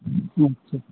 ᱟᱪᱪᱷᱟ